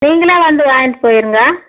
நீங்களே வந்து வாங்கிட்டு போயிடுங்க